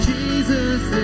Jesus